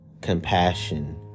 compassion